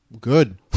Good